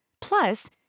Plus